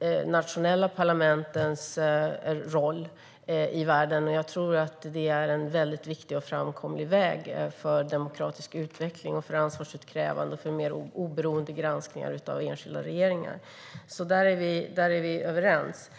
internationella parlamentens roll i världen. Jag tror att det är en mycket viktig och framkomlig väg för demokratisk utveckling, för ansvarsutkrävande och för mer oberoende granskningar av enskilda regeringar. Där är vi överens.